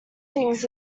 things